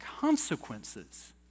consequences